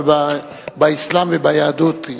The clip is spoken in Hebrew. אבל באסלאם וביהדות היא,